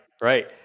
right